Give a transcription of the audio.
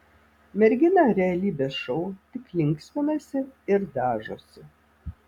mergina realybės šou tik linksminasi ir dažosi